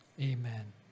Amen